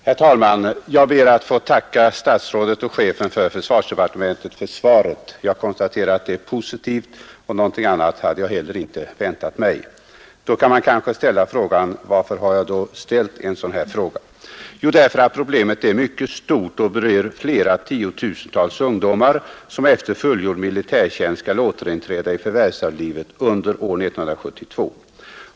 Herr talman! Jag ber att få tacka statsrådet och chefen för försvarsdepartementet för svaret. Jag konstaterar att det är positivt, och någonting annat hade jag heller inte väntat mig. Varför har då frågan ställts? Jo, därför att problemet är mycket stort och berör flera tiotusental ungdomar, som efter fullgjord militärtjänst skall återinträda i förvärvslivet under är 1972.